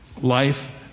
life